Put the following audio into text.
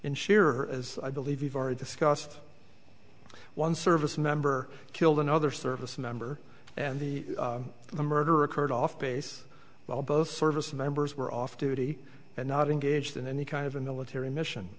insurer as i believe you've already discussed one service member killed another service member and the the murder occurred off base well both service members were off duty and not engaged in any kind of a military mission